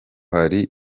hari